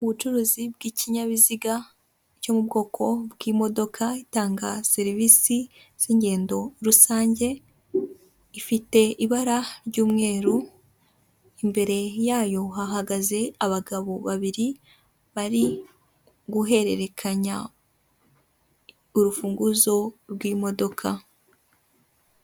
Ubucuruzi bw'ikinyabiziga cyo mu bwoko bw'imodoka itanga serivisi z'ingendo rusange, ifite ibara ry'umweru imbere yayo hahagaze abagabo babiri bari guhererekanya urufunguzo rw'imodoka.